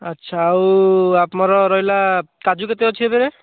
ଆଚ୍ଛା ଆଉ ଆମର ରହିଲା କାଜୁ କେତେ ଅଛି ଏବେ